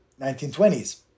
1920s